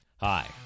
Hi